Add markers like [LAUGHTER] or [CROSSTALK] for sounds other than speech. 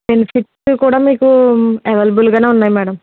[UNINTELLIGIBLE] కూడా మీకు అవైలబుల్గానే ఉన్నాయి మేడం